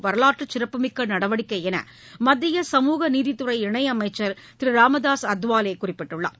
வரலாற்றுச் சிறப்புமிக்க நடவடிக்கை என மத்திய சமூக நீதித் துறை இணையமைச்சர் திரு ராமதாஸ் அத்வாலே கூறியுள்ளார்